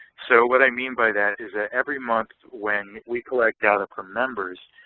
so what i mean by that is that every month when we collect data from members,